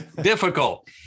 difficult